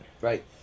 Right